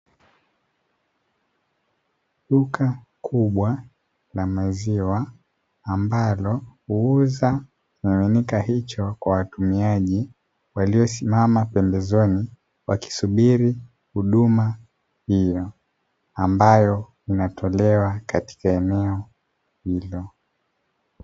Duka kubwa la maziwa ambalo huuza kimiminika hicho kwa watumiaji waliosimama pembezoni, wakisubiri huduma hiyo ambayo inatolewa katika eneo hilo.